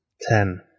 Ten